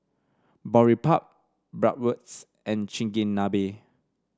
Boribap Bratwurst and Chigenabe